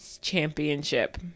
championship